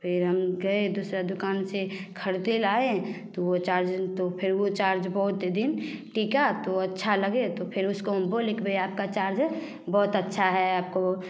फिर हम गए दूसरी दुकान से ख़रीदे लाए तो वो चार्जर तो फिर वो चार्ज बहुत दिन टिका तो अच्छा लगा तो फिर उसको हम बोले कि भैया आपका चार्जर बहुत अच्छा है आपको